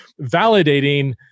validating